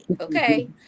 okay